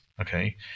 okay